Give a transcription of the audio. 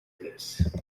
this